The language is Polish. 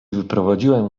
wyprowadziłem